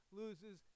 loses